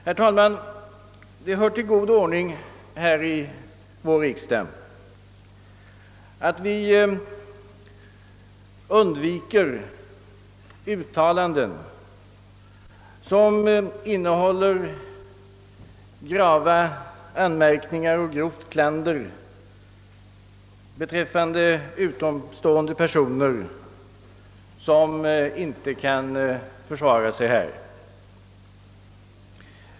Herr talman, det hör till god ordning i vår riksdag att vi undviker utta landen som innehåller grava anmärkningar och grovt klander beträffande utomstående person som inte kan försvara sig här.